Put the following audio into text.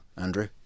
Andrew